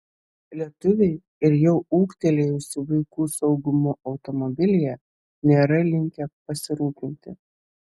lietuviai ir jau ūgtelėjusių vaikų saugumu automobilyje nėra linkę pasirūpinti